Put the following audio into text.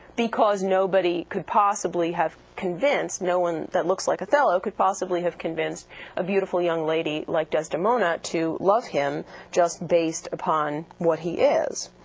because nobody could possibly have convinced, no one that looks like othello, could possibly have convinced a beautiful young lady like desdemona to love him just based upon what he is.